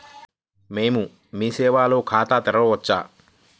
మేము మీ సేవలో ఖాతా తెరవవచ్చా?